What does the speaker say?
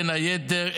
בין היתר,